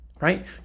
right